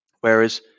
Whereas